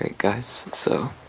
guys, so